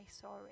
sorry